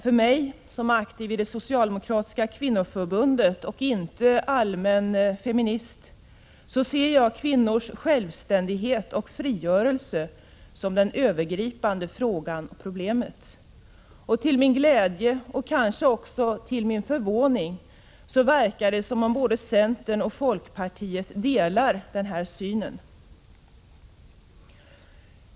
För mig, som är aktiv i det socialdemokratiska kvinnoförbundet och inte feminist i allmänhet, är kvinnors självständighet och frigörelse det övergripande problemet. Till min glädje, och kanske också till min förvåning, verkar det som om både centern och folkpartiet delar denna syn.